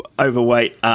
overweight